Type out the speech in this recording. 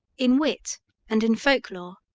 in wit and in folklore.